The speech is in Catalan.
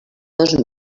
dos